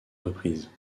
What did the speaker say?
reprises